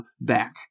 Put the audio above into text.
back